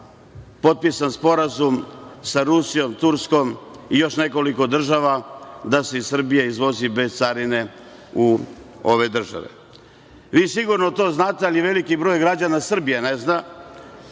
potpisan sporazum sa Rusijom, Turskom i još nekoliko država da se iz Srbije izvozi bez carine u ove države. Vi sigurno to znate, ali veliki broj građana Srbije ne zna,